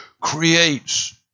Creates